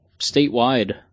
statewide